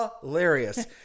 hilarious